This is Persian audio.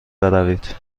بروید